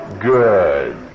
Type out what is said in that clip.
Good